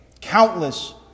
countless